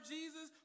Jesus